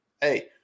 hey